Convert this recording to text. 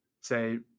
say